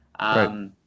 Right